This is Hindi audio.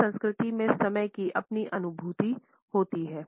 हर संस्कृति में समय की अपनी अनुभूति होती है